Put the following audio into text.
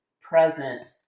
present